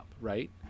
right